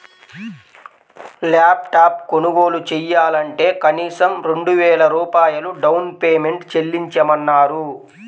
lap top కొనుగోలు చెయ్యాలంటే కనీసం రెండు వేల రూపాయలు డౌన్ పేమెంట్ చెల్లించమన్నారు